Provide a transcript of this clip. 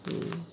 ହୁଁ